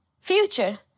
Future